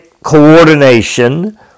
Coordination